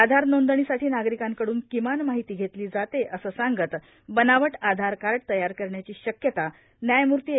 आधार नोंदणीसाठी नागरिकांकडून किमान माहिती घेतली जाते असं सांगत बनावट आधार कार्ड तयार करण्याची शक्यता न्यायमूर्ती ए